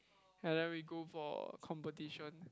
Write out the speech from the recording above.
and then we go for competition